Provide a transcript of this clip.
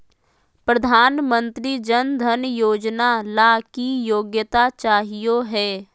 प्रधानमंत्री जन धन योजना ला की योग्यता चाहियो हे?